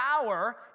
power